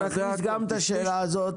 אנחנו נכניס גם את השאלה הזאת,